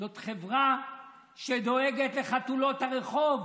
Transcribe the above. זאת חברה שדואגת לחתולות הרחוב,